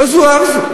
לא זו אף זו,